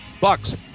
Bucks